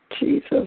Jesus